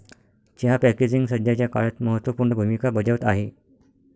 चहा पॅकेजिंग सध्याच्या काळात महत्त्व पूर्ण भूमिका बजावत आहे